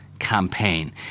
campaign